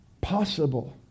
possible